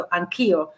anch'io